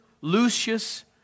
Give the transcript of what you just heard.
Lucius